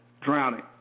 drowning